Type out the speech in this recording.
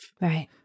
right